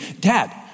Dad